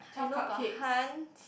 I know got Hans